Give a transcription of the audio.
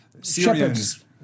Syrians